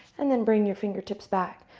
and then bring your fingertips back.